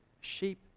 Sheep